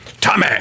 Tommy